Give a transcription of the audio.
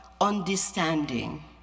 understanding